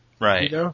Right